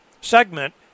segment